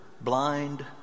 blind